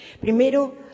Primero